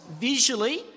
visually